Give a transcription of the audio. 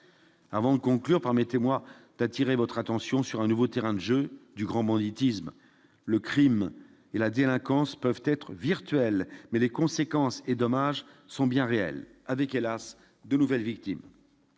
Avant de conclure, permettez-moi d'attirer votre attention sur un nouveau terrain de jeu du grand banditisme, le Crime et la commence peuvent être virtuel mais les conséquences et dommages sont bien réels, avec hélas de nouvelles victimes,